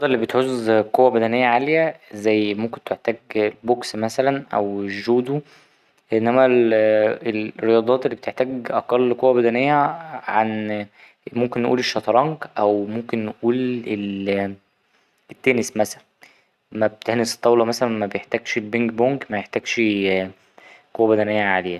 الرياضة اللي بتعوز قوة بدنية عالية زي ممكن تحتاج بوكس مثلا أو جودو إنما ال ـ ال ـ الرياضات اللي بتحتاج أقل قوة بدنية عن ممكن نقول الشطرنج أو ممكن نقول ال ـ التنس مثلا تنس الطاولة مثلا مبيحتاجش البينج بونج مبيحتاجش قوة بدنية عالية.